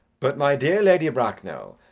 but my dear lady bracknell,